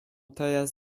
teraz